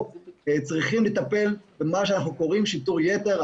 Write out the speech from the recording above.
צריכים לטפל במה שאנחנו קוראים שיטור יתר,